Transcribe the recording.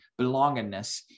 belongingness